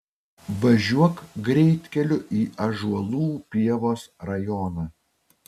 važiuok greitkeliu į ąžuolų pievos rajoną